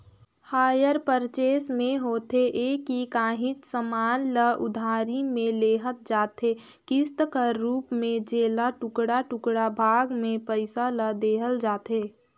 hire purchase में होथे ए कि काहींच समान ल उधारी में लेहल जाथे किस्त कर रूप में जेला टुड़का टुड़का भाग में पइसा ल देहल जाथे